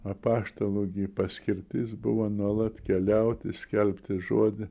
apaštalų gi paskirtis buvo nuolat keliauti skelbti žodį